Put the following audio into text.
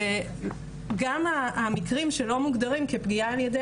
וגם המקרים לא מוגדרים כפגיעה על ידי